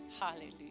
Hallelujah